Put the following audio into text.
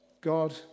God